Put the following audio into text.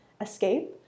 escape